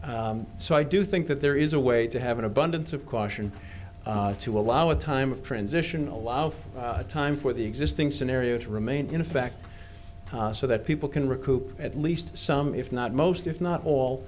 so i do think that there is a way to have an abundance of caution to allow a time of transition allow for a time for the existing scenario to remain in effect so that people can recoup at least some if not most if not all